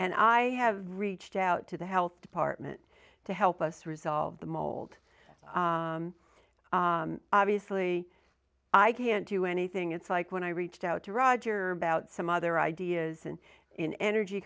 and i have reached out to the health department to help us resolve the mold obviously i can't do anything it's like when i reached out to roger bout some other ideas and in energy